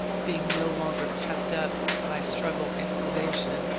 being no longer kept up by struggle and privation,